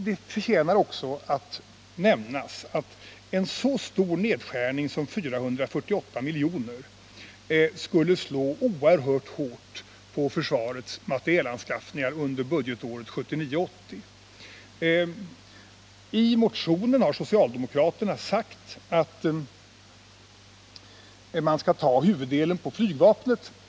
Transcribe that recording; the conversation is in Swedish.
Det förtjänar också nämnas att en så stor nedskärning som 448 miljoner skulle slå oerhört hårt mot försvarets materielanskaffningar under budgetåret 1979/80. I motionen har socialdemokraterna sagt att man skall ta huvuddelen på flygvapnet.